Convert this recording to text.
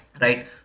right